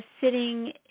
sitting